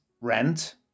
rent